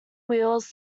wheels